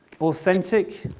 authentic